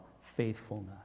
faithfulness